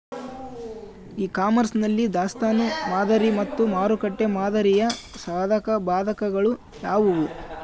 E commerce ನಲ್ಲಿ ದಾಸ್ತನು ಮಾದರಿ ಮತ್ತು ಮಾರುಕಟ್ಟೆ ಮಾದರಿಯ ಸಾಧಕಬಾಧಕಗಳು ಯಾವುವು?